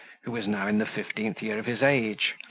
who was now in the fifteenth year of his age,